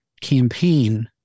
campaign